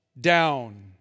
down